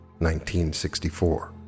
1964